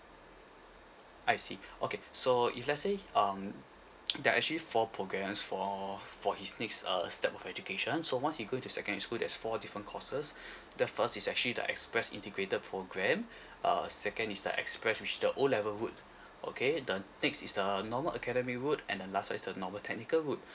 I see okay so if let say um that actually for programs for for his next uh step of education so once he go to secondary school there's four different courses the first is actually the express integrated program uh second is the express which is the O level route okay the next is the normal academy route the last is a normal technical route